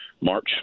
march